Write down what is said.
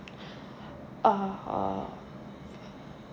uh